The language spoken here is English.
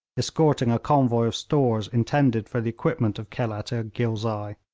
escorting a convoy of stores intended for the equipment of khelat-i-ghilzai.